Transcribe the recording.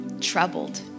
Troubled